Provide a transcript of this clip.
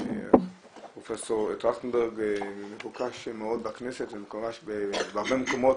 פרופ' טרכטנברג מבוקש מאוד בכנסת ומבוקש בהרבה מקומות